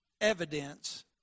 evidence